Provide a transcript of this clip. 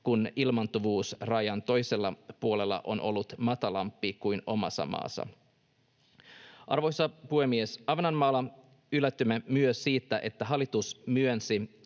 kun ilmaantuvuusraja toisella puolella on ollut matalampi kuin omassa maassa. Arvoisa puhemies! Ahvenanmaalla yllätyimme myös siitä, että hallitus myönsi